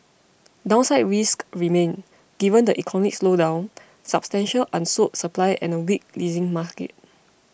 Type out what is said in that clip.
downside risks remain given the economic slowdown substantial unsold supply and a weak leasing market